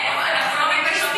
ההפך, אנחנו לא מתביישות